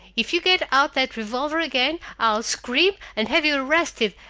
if you get out that revolver again, i'll scream and have you arrested,